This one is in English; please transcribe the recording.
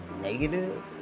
negative